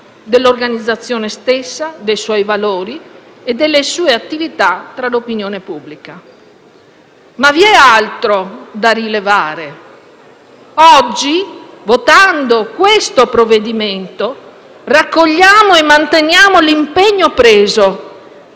dell'organizzazione stessa, dei suoi valori e delle sue attività tra l'opinione pubblica. Ma vi è altro da rilevare. Oggi, votando questo provvedimento, raccogliamo e manteniamo l'impegno preso